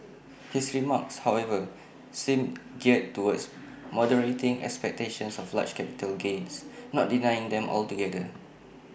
his remarks however seem geared towards moderating expectations of large capital gains not denying them altogether